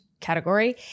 category